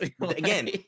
Again